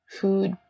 food